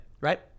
right